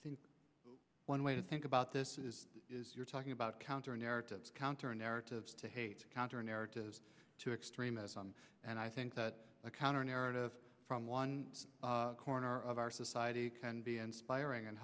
think one way to think about this is you're talking about counter narratives counter narratives to hate counter narrative to extremism and i think a counter narrative from one corner of our society can be inspiring and